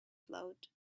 float